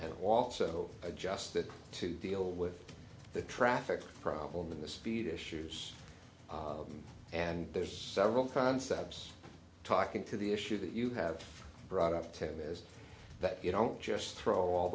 and also adjusted to deal with the traffic problem the speed issues and there's several concepts talking to the issue that you have brought up to me is that you don't just throw all